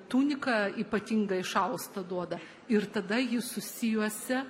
tuniką ypatingą išaustą duoda ir tada ji susijuosia